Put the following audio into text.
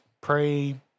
pray